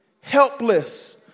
helpless